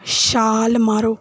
ਛਾਲ ਮਾਰੋ